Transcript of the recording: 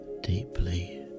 deeply